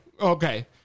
Okay